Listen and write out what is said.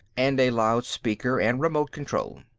and a loud-speaker, and remote control.